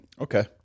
okay